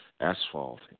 asphalt